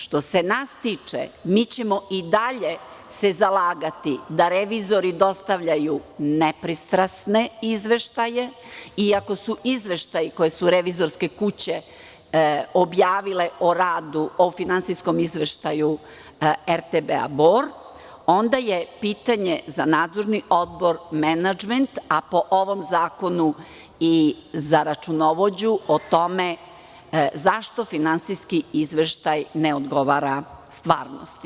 Što se nas tiče, mi ćemo i dalje se zalagati da revizori dostavljaju nepristrasne izveštaje, i ako su izveštaji koje su revizorske kuće objavile o radu, o finansijskom izveštaju RTB "Bor", onda je pitanje za nadzorni odbor, menadžment, a po ovom zakonu i za računovođu, o tome zašto finansijski izveštaj ne odgovara stvarnosti?